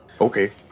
Okay